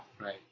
right